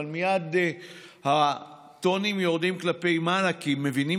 אבל מייד הטונים יורדים כלפי מטה כי מבינים